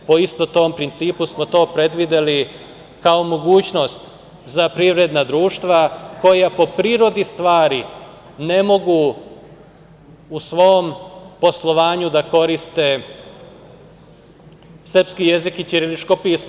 Po istom tom principu smo to predvideli kao mogućnost za privredna društva koja po prirodi stvari ne mogu u svom poslovanju da koriste srpski jezik i ćirilično pismo.